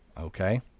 Okay